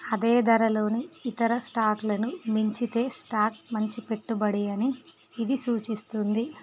అదే ధరలోని ఇతర స్టాకులను మించితే స్టాక్ మంచి పెట్టుబడి అని ఇది సూచిస్తుంది